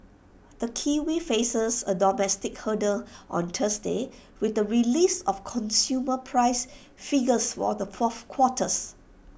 the kiwi faces A domestic hurdle on Thursday with the release of consumer price figures for the fourth quarters